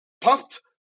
puffed